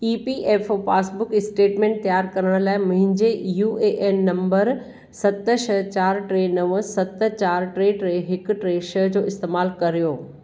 ई P F O passbook statement तयार करण लाइ मुंहिंजे यू ए एन नंबर सत छह चारि टे नव सत चारि टे टे हिकु टे छह जो इस्तेमालु करियो